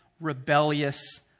rebellious